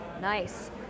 Nice